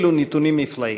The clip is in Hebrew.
אלו נתונים נפלאים.